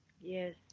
yes